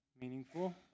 meaningful